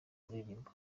kuririmba